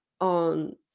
on